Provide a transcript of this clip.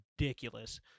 ridiculous